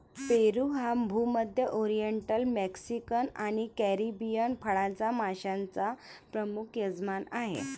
पेरू हा भूमध्य, oriental, Mexican आणि कॅरिबियन फळांच्या माश्यांचा प्रमुख यजमान आहे